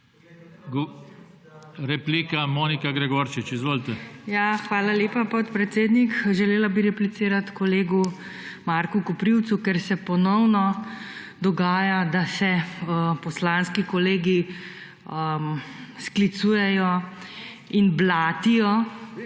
Replika Monika Gregorčič. **MONIKA GREGORČIČ (PS SMC):** Hvala lepa, podpredsednik. Želela bi replicirati kolegu Marku Koprivcu, ker se ponovno dogaja, da se poslanski kolegi sklicujejo in blatijo